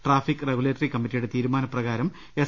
traffic regulatory കമ്മിറ്റിയുടെ തീരുമാനപ്രകാരം S